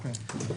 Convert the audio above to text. כן.